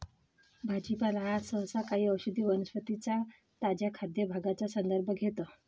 भाजीपाला हा सहसा काही औषधी वनस्पतीं च्या ताज्या खाद्य भागांचा संदर्भ घेतो